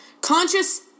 Conscious